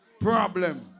Problem